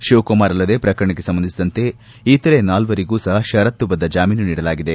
ಶಿವಕುಮಾರ್ ಅಲ್ಲದೆ ಪ್ರಕರಣಕ್ಕೆ ಸಂಬಂಧಿಸಿದಂತೆ ಇತರೆ ನಾಲ್ವರಿಗೂ ಸಪ ಪರತ್ತುಬದ್ದ ಜಾಮೀನು ನೀಡಲಾಗಿದೆ